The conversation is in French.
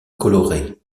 coloré